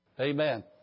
Amen